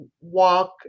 walk